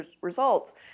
results